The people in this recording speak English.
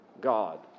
God